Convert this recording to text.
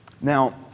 Now